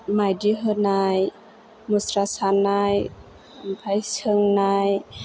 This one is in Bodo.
मायदि होनाय मुस्रा सानाय ओमफ्राय सोंनाय